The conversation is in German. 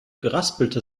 geraspelte